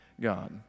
God